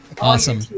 awesome